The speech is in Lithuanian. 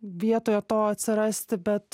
vietoje to atsirasti bet